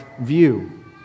view